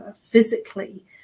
physically